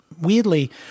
weirdly